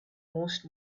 most